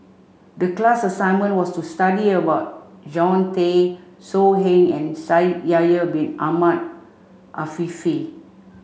the class assignment was to study about Jean Tay So Heng and Shaikh Yahya bin Ahmed Afifi